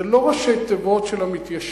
זה לא ראשי תיבות של המתיישבים,